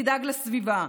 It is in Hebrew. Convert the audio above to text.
תדאג לסביבה.